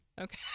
Okay